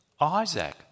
Isaac